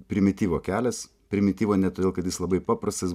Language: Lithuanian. primityvo kelias primityvo ne todėl kad jis labai paprastas